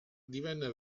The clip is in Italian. divenne